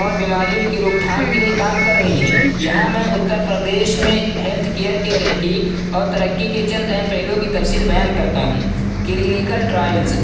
اور بیماریوں کے روک تھام کے لیے کام کر رہی ہیں یہاں میں اترپردیش میں ہیلتھ کیئر کے تحقیق اور ترقی کے چند اہم پہلوؤں کی تفصیل بیان کرتا ہوں کلینکل ٹرائلز